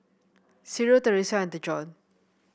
Cyril Theresia and Dejon